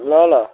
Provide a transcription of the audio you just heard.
ल ल